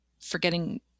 forgetting